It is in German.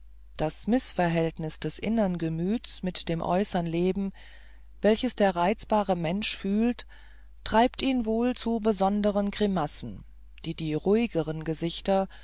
das mißverhältnis des innern gemüts mit dem äußern leben welches der reizbare mensch fühlt treibt ihn wohl zu besonderen grimassen die die ruhigen gesichter